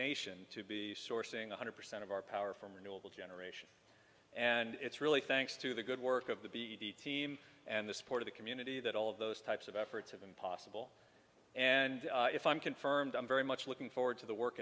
nation to be sourcing one hundred percent of our power from renewable generation and it's really thanks to the good work of the b d team and the support of the community that all of those types of efforts have been possible and if i'm confirmed i'm very much looking forward to the work